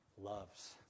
loves